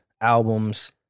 albums